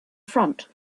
front